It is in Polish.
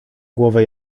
głowę